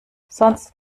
sonst